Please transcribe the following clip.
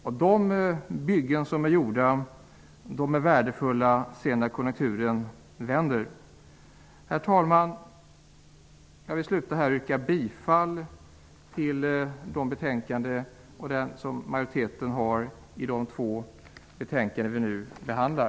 Dessa byggen blir värdefulla när konjunkturen vänder. Herr talman! Jag vill yrka bifall till majoritetens förslag i de två betänkanden vi nu behandlar.